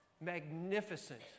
magnificent